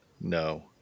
No